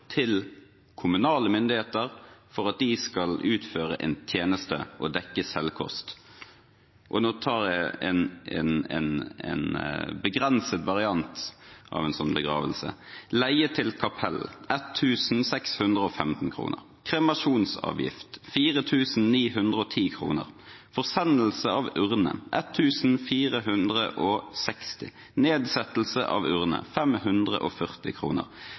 til kommunale myndigheter for at de skal utføre en tjeneste og dekke selvkost. Nå tar jeg en begrenset variant av en begravelse: leie til kapell: 1 615 kr, kremasjonsavgift: 4 910 kr, nedsettelse av urne: 1 440 kr, forsendelse av urne: 540